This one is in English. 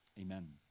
Amen